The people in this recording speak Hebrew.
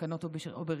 בתקנות או ברישיון.